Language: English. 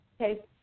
Okay